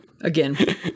Again